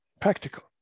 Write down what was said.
practical